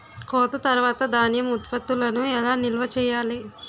కోత తర్వాత ధాన్యం ఉత్పత్తులను ఎలా నిల్వ చేయాలి?